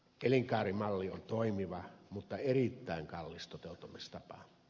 elinkaarimalli on toimiva mutta erittäin kallis toteuttamistapa